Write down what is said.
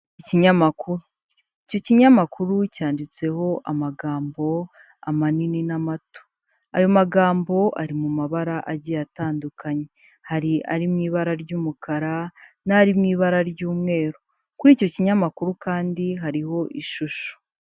Ikinyamakuru, icyo kinyamakuru cyanditseho amagambo manini n'amato, ayo magambo ari mu mabara agiye atandukanye: hari ari mu ibara ry'umukara n'ari mu ibara ry'umweru, kuri icyo kinyamakuru kandi hariho ishusho.